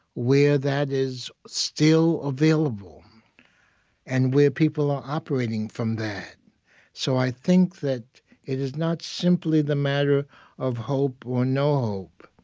where that is still available and where people are operating from that so i think that it is not simply the matter of hope or no hope.